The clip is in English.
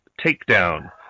Takedown